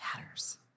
matters